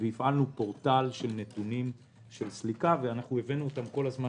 והפעלנו פורטל של נתוני סליקה והבאנו אותם כל הזמן